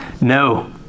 No